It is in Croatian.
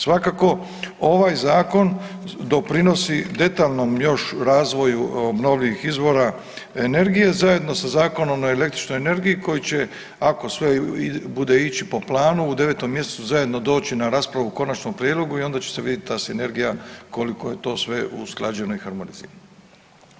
Svakako ovaj zakon doprinosi detaljnom još razvoju obnovljivih izvora energije zajedno sa Zakonom o električnoj energiji koji će ako sve bude ići po planu u 9. mjesecu zajedno doći na raspravu u konačnom prijedlogu i onda će se vidjet ta sinergija koliko je to sve usklađeno i harmonizirano.